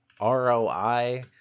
ROI